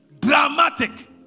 dramatic